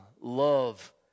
love